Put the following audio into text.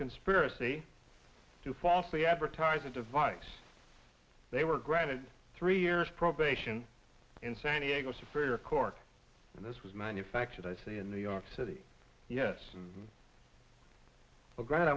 conspiracy to falsely advertise a device they were granted three years probation in san diego superior court and this was manufactured i say in new york city yes and